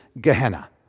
Gehenna